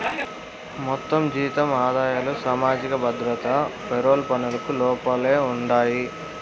మొత్తం జీతం ఆదాయాలు సామాజిక భద్రత పెరోల్ పనులకు లోపలే ఉండాయి